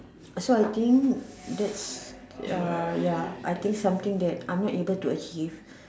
so I think that's uh ya something that I'm not able to achieve